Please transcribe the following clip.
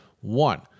One